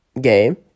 game